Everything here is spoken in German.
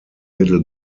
little